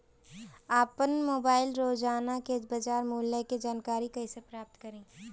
आपन मोबाइल रोजना के बाजार मुल्य के जानकारी कइसे प्राप्त करी?